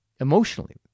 emotionally